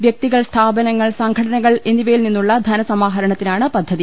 വ്യക്തികൾ സ്ഥാപനങ്ങൾ സംഘടനകൾ എന്നിവയിൽ നിന്നുള്ള ധനസമാഹരണത്തിനാണ് പദ്ധതി